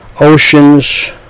oceans